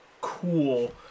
cool